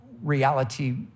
reality